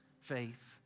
faith